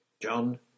John